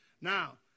Now